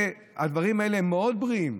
הדברים האלה הם מאוד בריאים.